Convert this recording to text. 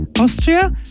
Austria